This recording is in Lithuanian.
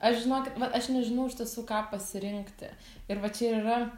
aš žinokit va aš nežinau iš tiesų ką pasirinkti ir va čia ir yra